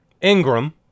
Ingram